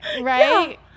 Right